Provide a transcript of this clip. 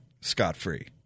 scot-free